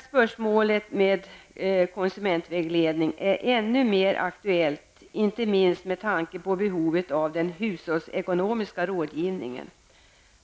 Spörsmålet med konsumentvägledning är ännu mer aktuellt inte minst med tanke på behovet av den hushållsekonomiska rådgivningen.